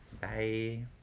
Bye